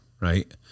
right